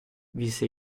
visse